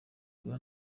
bwa